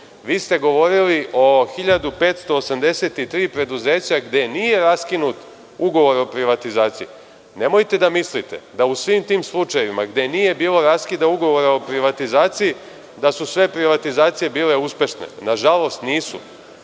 Vi ste govorili o 1.583 preduzeća gde nije raskinut ugovor o privatizaciji. Nemojte da mislite da u svim tim slučajevima gde nije bilo raskida ugovora o privatizaciji, da su sve privatizacije bile uspešne. Nažalost, nisu.